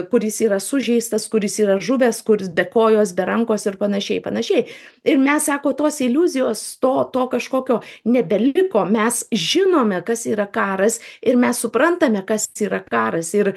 kuris yra sužeistas kuris yra žuvęs kuris be kojos be rankos ir panašiai i panašiai ir mes sako tos iliuzijos to to kažkokio nebeliko mes žinome kas yra karas ir mes suprantame kas yra karas ir